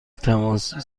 تماسی